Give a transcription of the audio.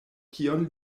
kion